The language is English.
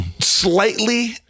slightly